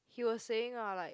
he were saying lah like